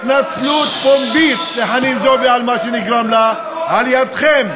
היא התנצלות פומבית לחנין זועבי על מה שנגרם לה על-ידיכם,